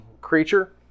creature